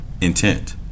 intent